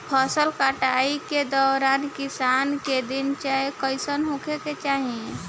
फसल कटाई के दौरान किसान क दिनचर्या कईसन होखे के चाही?